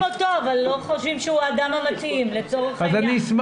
אותו אבל לא חושבים שהוא האדם המתאים לצורך העניין.